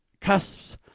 cusps